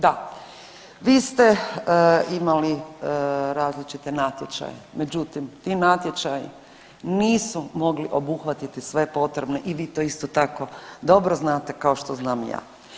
Da, vi ste imali različite natječaje, međutim ti natječaji nisu mogli obuhvatiti sve potrebne i vi to isto tako dobro znate kao što znam i ja.